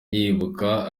yibuka